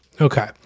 Okay